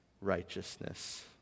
righteousness